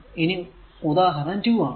ഇനി ഉദാഹരണം 2 ആണ്